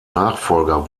nachfolger